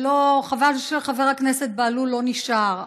חבל שחבר הכנסת בהלול לא נשאר,